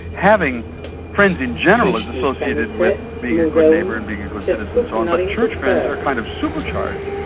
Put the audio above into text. having friends in general is associated with being a good neighbour and being a good citizen and so on, but church friends are kind of supercharged.